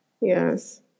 yes